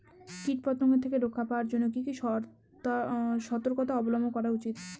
কীটপতঙ্গ থেকে রক্ষা পাওয়ার জন্য কি কি সর্তকতা অবলম্বন করা উচিৎ?